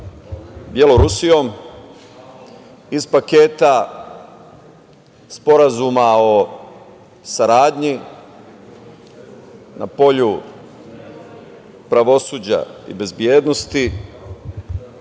Belorusijom iz paketa sporazuma o saradnji na polju pravosuđa i bezbednosti,